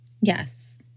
Yes